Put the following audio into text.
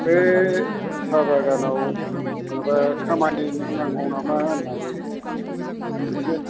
बे साहा बागानाव माबा खामानि नांगौ नामा होननानै इसे